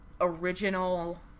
original